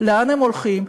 לאן הם הולכים,